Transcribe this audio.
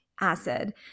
acid